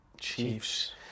Chiefs